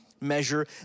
Measure